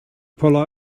pull